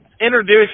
introduce